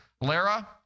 Lara